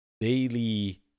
daily